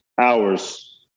hours